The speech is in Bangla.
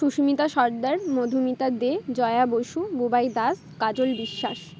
সুস্মিতা সর্দার মধুমিতা দে জয়া বসু বুবাই দাস কাজল বিশ্বাস